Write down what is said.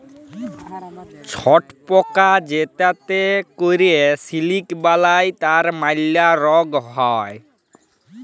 ছট পকা যেটতে ক্যরে সিলিক বালাই তার ম্যালা রগ হ্যয়